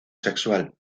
sexual